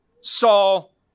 Saul